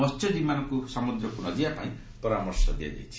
ମସ୍ୟଜୀବୀମାନଙ୍କୁ ସୁମଦ୍ରକୁ ନଯିବା ପାଇଁ ପରାମର୍ଶ ଦିଆଯାଇଛି